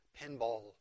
pinball